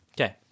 Okay